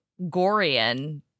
Gorian